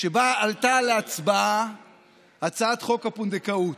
ובה עלתה להצבעה הצעת חוק הפונדקאות,